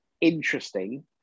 interesting